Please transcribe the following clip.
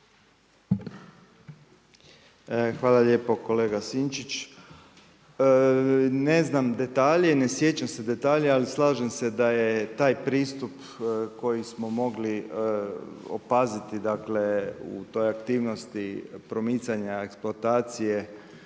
Hvala lijepa. Kolega Sinčić, ne znam detalje i ne sjećam se detalja, ali slažem se da je taj pristup koji smo mogli opaziti u toj aktivnosti promicanja eksploatacije